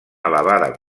elevada